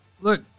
look